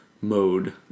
mode